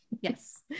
Yes